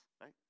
right